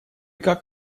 как